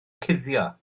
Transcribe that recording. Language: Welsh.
cuddio